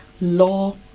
law